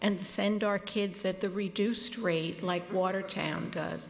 and send our kids at the reduced rate like watertown does